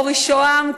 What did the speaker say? ולאורי שוהם,